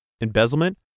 embezzlement